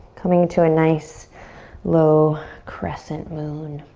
coming to a nice low crescent moon.